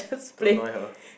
don't know have a